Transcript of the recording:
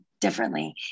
differently